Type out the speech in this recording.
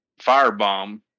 firebomb